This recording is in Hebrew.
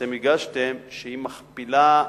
שאתם הגשתם, שמכפילה,